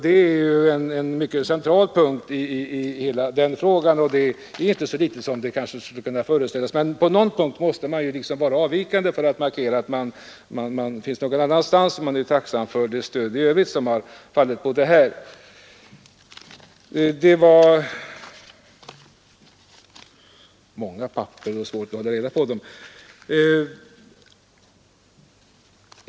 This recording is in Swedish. Det är inte en så liten sak, som någon kanske kan föreställa sig, men på vissa punkter måste man markera att man skiljs någonstans. Vi är dock tacksamma för det stöd i övrigt som har givits åt förslaget.